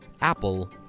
apple